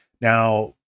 Now